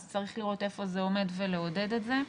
אז צריך לראות איפה זה עומד ולעודד את זה.